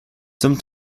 zum